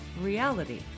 reality